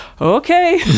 okay